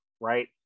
right